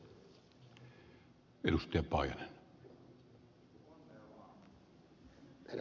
herra puhemies